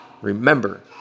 remember